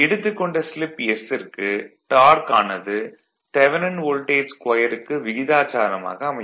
எடுத்துக் கொண்ட slip s ற்கு டார்க் ஆனது தெவனின் வோல்டேஜ் ஸ்கொயருக்கு விகிதாச்சாரமாக அமையும்